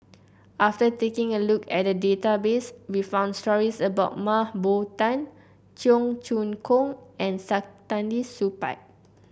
after taking a look at database we found stories about Mah Bow Tan Cheong Choong Kong and Saktiandi Supaat